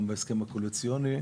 גם בהסכם הקואליציוני,